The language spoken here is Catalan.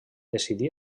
decidí